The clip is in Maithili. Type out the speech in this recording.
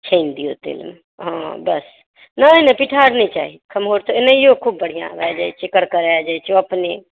छानि दियौ तेलमे बस नहि नहि पितर नहि चाही खम्हाउर तऽ एनाहियो खुब बढ़िऑं भय जाइ छै करकरा जाइ छै अपने